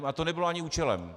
A to nebylo ani účelem.